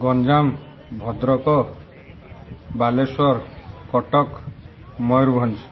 Ganjam Bhadrak Baleswar Cuttack Mayurbhanj